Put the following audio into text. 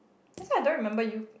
that's why I don't remember you